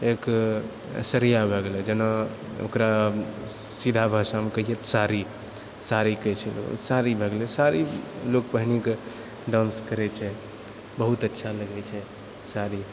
एक साड़िया भै गेलय जेना अऽ ओकरा सीधा भाषामऽ कहियै तऽ साड़ी साड़ी कहैत छै लोग साड़ी भै गेलय साड़ी लोग पहिनकऽ लोग डान्स करैत छै बहुत अच्छा लगैत छै साड़ी